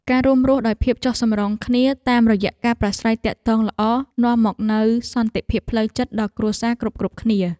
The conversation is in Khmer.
ការរួមរស់ដោយភាពចុះសម្រុងគ្នាតាមរយៈការប្រាស្រ័យទាក់ទងល្អនាំមកនូវសន្តិភាពផ្លូវចិត្តដល់គ្រួសារគ្រប់ៗគ្នា។